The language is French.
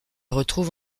retrouve